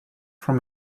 from